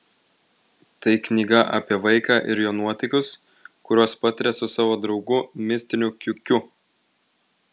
tai knyga apie vaiką ir jo nuotykius kuriuos patiria su savo draugu mistiniu kiukiu